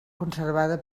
conservada